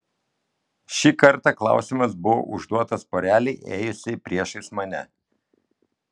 ši kartą klausimas buvo užduotas porelei ėjusiai priešais mane